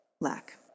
Lack